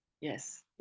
Yes